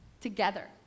together